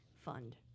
fund